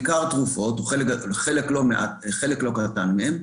חלק לא קטן מהתרופות הן